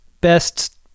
best